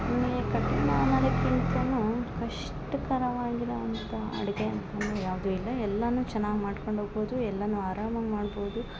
ಮೇ ಕಠಿಣ ಅನ್ನೋದಕ್ಕಿಂತನು ಕಷ್ಟ್ಕರವಾಗಿ ಇರೋವಂಥ ಅಡ್ಗೆ ಅಂತನು ಯಾವುದು ಇಲ್ಲ ಎಲ್ಲನು ಚೆನ್ನಾಗಿ ಮಾಡ್ಕೊಂಡು ಹೋಗ್ಬೌದು ಎಲ್ಲನು ಅರಾಮಾಗಿ ಮಾಡ್ಬೌದು